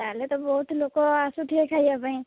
ତାହେଲେ ତ ବହୁତ ଲୋକ ଆସୁଥିବେ ଖାଇବା ପାଇଁ